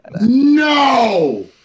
No